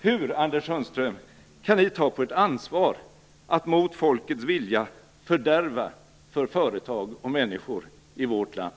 Hur, Anders Sundström, kan ni ta på ert ansvar att mot folkets vilja fördärva för företag och människor i vårt land?